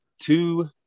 two